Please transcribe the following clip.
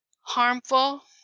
harmful